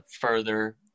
further